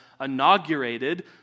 inaugurated